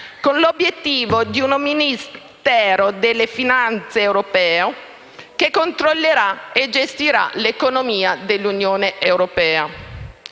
con l'obiettivo di un Ministero delle finanze europeo che controllerà e gestirà l'economia dell'Unione europea.